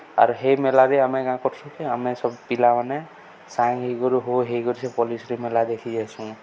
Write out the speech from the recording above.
ଆରୁ ହେଇ ମେଲାରେ ଆମେ କାଁ କର୍ସୁ କି ଆମେ ସବୁ ପିଲାମାନେ ସାଙ୍ଗ୍ ହେଇଗରି ହଉ ହେଇକରି ସେ ପଲ୍ଲୀଶ୍ରୀ ମେଲା ଦେଖି ଯାଏସୁଁ